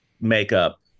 makeup